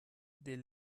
des